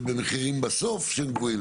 במחירים בסוף שהם גבוהים.